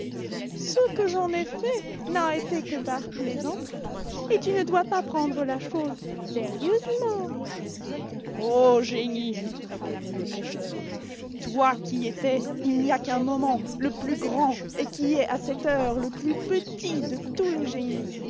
ce que j'en ai fait n'a été que par plaisanterie et tu ne dois pas prendre la chose sérieusement ô génie répondit le pêcheur toi qui étais il n'y a qu'un moment le plus grand et qui es à cette heure le plus petit de tous les génies